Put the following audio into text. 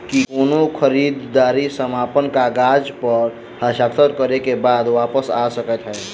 की कोनो खरीददारी समापन कागजात प हस्ताक्षर करे केँ बाद वापस आ सकै है?